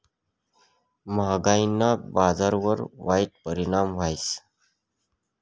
म्हागायीना बजारवर वाईट परिणाम व्हस